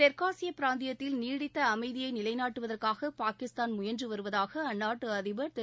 தெற்காசிய பிராந்தியத்தில் நீடித்த அமைதியை நிலைநாட்டுவதற்காக பாகிஸ்தான் முயன்று வருவதாக அந்நாட்டு அதிபர் திரு